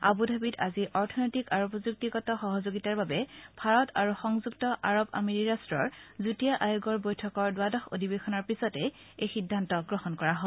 আবুধাবিত আজি অৰ্থনৈতিক আৰু প্ৰযুক্তিগত সহযোগিতাৰ বাবে ভাৰত আৰু সংযুক্ত আৰৱ আমিৰি ৰাট্টৰ যুটীয়া আয়োগৰ বৈঠকৰ দ্বাদশ অধিৱেশনৰ পিছতে এই সিদ্ধান্ত গ্ৰহণ কৰা হয়